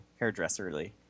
hairdresserly